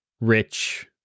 rich